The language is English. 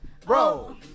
Bro